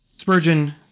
Spurgeon